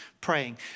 praying